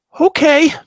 Okay